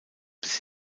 bis